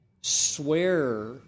Swear